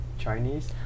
Chinese